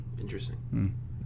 Interesting